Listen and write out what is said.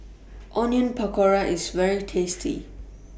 Onion Pakora IS very tasty